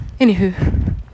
Anywho